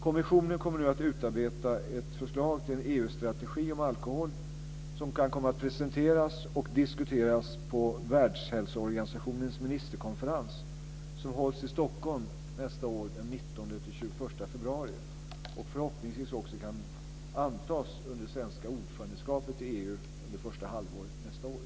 Kommissionen kommer nu att utarbeta ett förslag till en EU-strategi om alkohol, som kan komma att presenteras och diskuteras på Världshälsoorganisationens ministerkonferens, som hålls i Stockholm den 19-21 februari nästa år och förhoppningsvis också kan antas under det svenska ordförandeskapet första halvåret 2001.